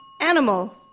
Animal